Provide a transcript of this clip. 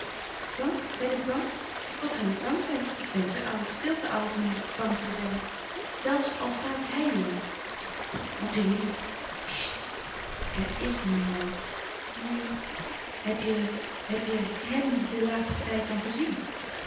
bang ben ik bang wat zal ik bang zijn ik ben te oud veel te oud om meer bang te zijn zelfs al staat hij daar ottilie chtt er is niemand neen heb je heb je hem den laatsten tijd dan gezien